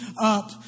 up